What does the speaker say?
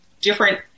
different